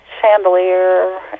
chandelier